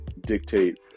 dictate